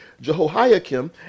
Jehoiakim